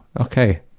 okay